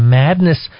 madness